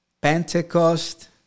Pentecost